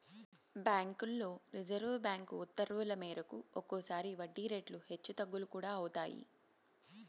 బ్యాంకుల్లో Reserve Bank ఉత్తర్వుల మేరకు ఒక్కోసారి వడ్డీ రేట్లు హెచ్చు తగ్గులు కూడా అవుతాయి